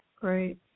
Great